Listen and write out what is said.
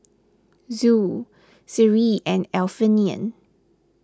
Zul Seri and Alfian